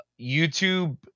YouTube